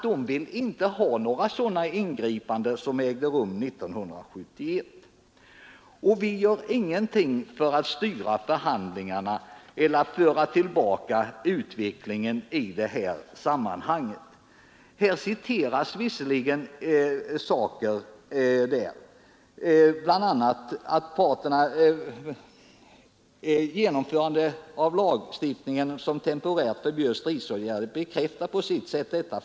De vill inte heller ha några sådana ingripanden som företogs 1971. Vi gör alltså ingenting för att styra förhandlingarna eller att föra utvecklingen tillbaka. Beträffande statstjänstenämnden skriver utskottet att existensen av den och dess sätt att verka inte var en tillräcklig garanti mot ur samhällets synpunkt oacceptabla arbetskonflikter.